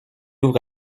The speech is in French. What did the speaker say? ouvre